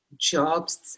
jobs